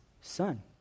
son